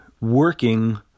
working